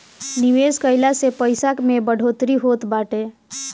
निवेश कइला से पईसा में बढ़ोतरी होत बाटे